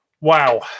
Wow